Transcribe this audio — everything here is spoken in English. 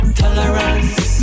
tolerance